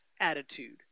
attitude